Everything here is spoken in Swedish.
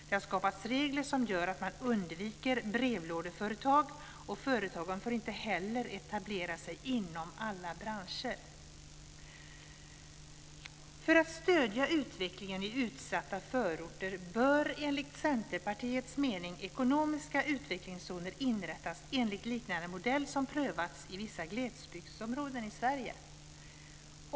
Det har skapats regler som gör att man undviker "brevlådeföretag", och företagen får inte heller etablera sig inom alla branscher. För att stödja utvecklingen i utsatta förorter bör enligt Centerpartiets mening ekonomiska utvecklingszoner inrättas enligt en modell liknande den som prövats i vissa glesbygdsområden i Sverige.